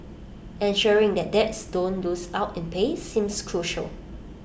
ensuring that dads don't lose out in pay seems crucial